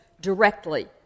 directly